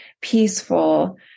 peaceful